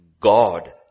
God